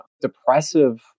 depressive